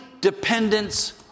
dependence